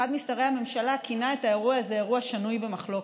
אחד משרי הממשלה כינה את האירוע הזה "אירוע שנוי במחלוקת".